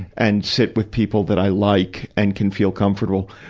and sit with people that i like and can feel comfortable.